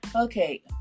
Okay